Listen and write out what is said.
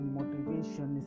motivation